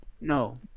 No